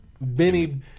Benny